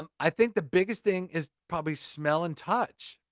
um i think the biggest thing is probably smell and touch.